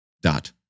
dot